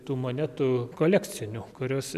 tų monetų kolekcinių kurios